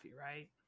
right